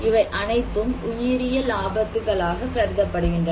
இவை அனைத்தும் உயிரியல் ஆபத்துகளாக கருதப்படுகின்றன